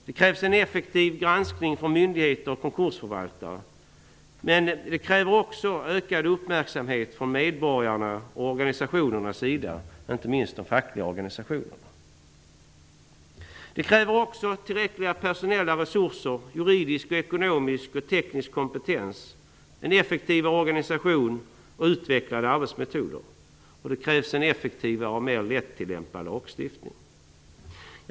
Det kräver en effektiv granskning från myndigheter och konkursförvaltare. Men det kräver också ökad uppmärksamhet från medborgarnas och organisationernas sida, inte minst de fackliga organisationerna. Vidare kräver det tillräckliga personella resurser, juridisk, ekonomisk och teknisk kompetens, effektiv organisation och utvecklade arbetsmetoder. Det krävs en effektivare och mera lättillämpad lagstiftning.